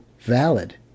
valid